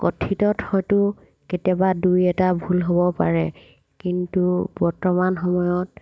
কথিতত হয়তো কেতিয়াবা দুই এটা ভুল হ'ব পাৰে কিন্তু বৰ্তমান সময়ত